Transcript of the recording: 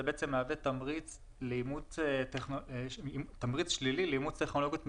זה בעצם מהווה תמריץ שלילי לאימוץ טכנולוגיות מתקדמות.